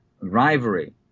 rivalry